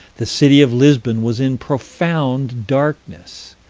the city of lisbon was in profound darkness.